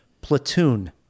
Platoon